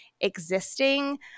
existing